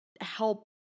help